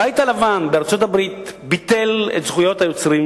הבית הלבן בארצות-הברית ביטל את זכויות היוצרים